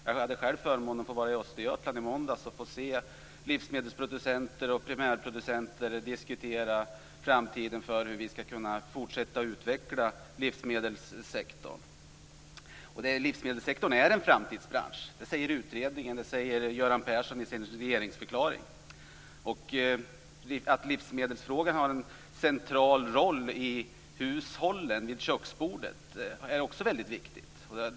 Jag hade förmånen att vara nere i Östergötland i måndags och höra livsmedelsproducenter och primärproducenter diskutera framtiden och hur vi skall kunna utveckla livsmedelssektorn. Livsmedelssektorn är en framtidsbransch. Det säger utredaren och det säger Göran Persson i sin regeringsförklaring. Att livsmedelsfrågan har en central roll i hushållen vid köksbordet är väldigt viktigt.